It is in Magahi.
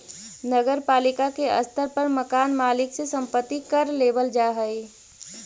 नगर पालिका के स्तर पर मकान मालिक से संपत्ति कर लेबल जा हई